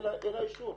אין לה אישור.